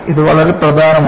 ഇത് വളരെ പ്രധാനമാണ്